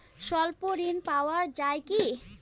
স্বল্প ঋণ পাওয়া য়ায় কি?